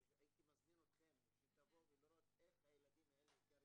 או שהייתי מזמין אתכם שתבואו לראות איך הילדים האלה גרים